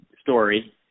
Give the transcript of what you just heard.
story